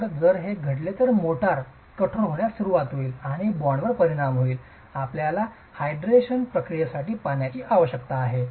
तर जर हे घडले तर मोर्टार कठोर होण्यास सुरूवात होईल आणि बॉन्डवर परिणाम होईल आपल्याला हायड्रेशन प्रक्रियेसाठी पाण्याची आवश्यकता आहे